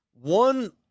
one